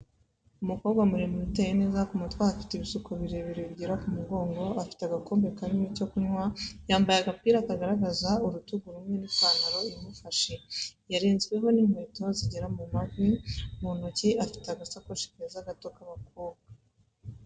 Umukobwa muremure uteye neza ku mutwe ahafite ibisuko birebire bigera mu mugongo, afite agakombe karimo icyo kunywa, yambaye agapira kagaragaza urutugu rumwe n'ipantaro imufashe yarenzweho n'inkweto zigera mu mavi, mu ntoki afite agasakoshi keza gato k'abakobwa.